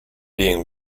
being